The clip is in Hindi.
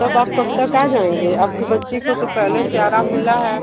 तब आप कब तक आ जाएँगे आपकी बच्ची को तो पहले से आराम मिला है